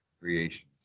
Creations